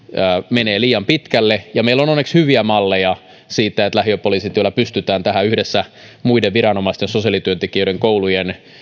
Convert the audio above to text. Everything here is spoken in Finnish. menee liian pitkälle ja meillä on onneksi hyviä malleja siitä että lähiöpoliisityöllä pystytään tähän yhdessä muiden viranomaisten sosiaalityöntekijöiden koulujen